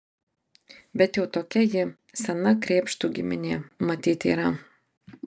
bet jau tokia ji sena krėpštų giminė matyt yra